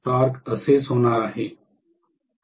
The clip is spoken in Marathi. टॉर्क असेच होणार आहे